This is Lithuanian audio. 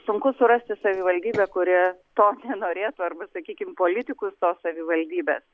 sunku surasti savivaldybę kuri to nenorėtų arba sakykim politikus tos savivaldybės